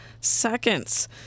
seconds